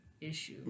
issue